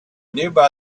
nearby